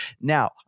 Now